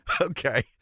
Okay